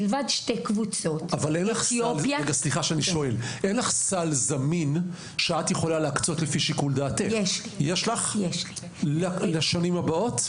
אין לך סל זמין שאת יכולה להקצות לפי שיקול דעתך לשנים הבאות?